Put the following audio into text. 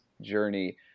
journey